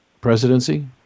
presidency